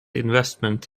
investment